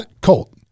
Colt